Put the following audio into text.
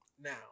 now